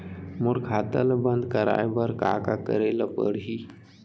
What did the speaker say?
मोर खाता ल बन्द कराये बर का का करे ल पड़ही?